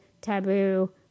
taboo